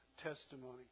testimony